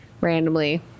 randomly